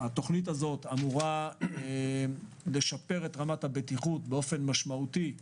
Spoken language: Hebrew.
התוכנית הזו אמורה לשפר את רמת הבטיחות באופן משמעותי,